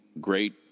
great